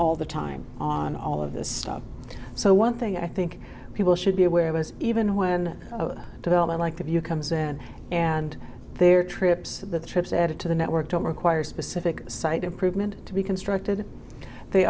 all the time on all of this stuff so one thing i think people should be aware of us even when development like of you comes in and their trips the trips added to the network don't require specific site improvement to be constructed they